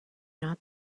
not